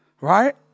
right